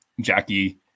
Jackie